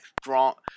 strong